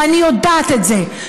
ואני יודעת את זה,